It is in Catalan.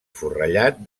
forrellat